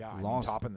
lost